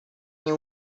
nie